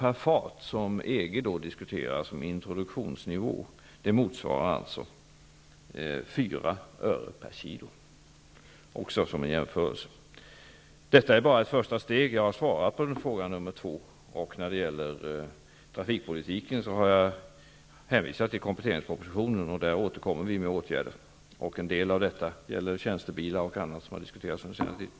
Inom EG diskuteras priset 3 dollar per fat som en introduktionsnivå, vilket alltså motsvarar 4 öre/kg -- detta sagt som en jämförelse. Detta är bara ett första steg. Jag har svarat på fråga nummer två. I fråga om trafikpolitiken har jag hänvisat till kompletteringspropsitionen. Vi återkommer med åtgärder, av vilka en del gäller tjänstebilar och annat, som har diskuterats under senare tid.